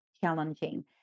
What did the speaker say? challenging